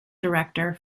director